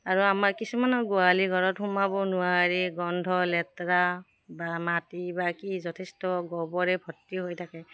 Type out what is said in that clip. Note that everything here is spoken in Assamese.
আৰু আমাৰ কিছুমানৰ গোহালি ঘৰত সোমাব নোৱাৰি গন্ধ লেতেৰা বা মাটি বা কি যথেষ্ট গোবৰে ভৰ্তি হৈ থাকে